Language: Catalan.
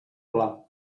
pla